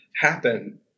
happen